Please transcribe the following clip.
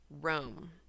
Rome